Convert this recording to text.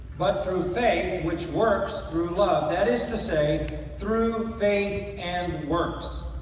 but through faith which works through love. that is to say through faith and works